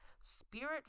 spirit